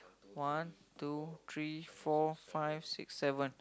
one two three four five six seven